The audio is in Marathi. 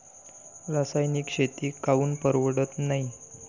रासायनिक शेती काऊन परवडत नाई?